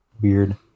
weird